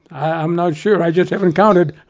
i'm not sure, i just haven't counted.